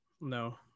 No